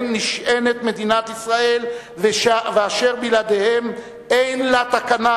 נשענת מדינת ישראל ואשר בלעדיהם אין לה תקנה: